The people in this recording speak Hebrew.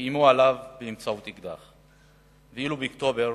שאיימו עליו באקדח, ואילו באוקטובר,